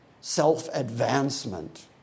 self-advancement